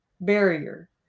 barrier